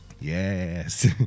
Yes